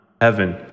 heaven